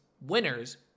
winners